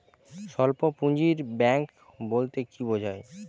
স্বল্প পুঁজির ব্যাঙ্ক বলতে কি বোঝায়?